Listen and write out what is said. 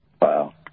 Wow